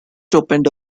opened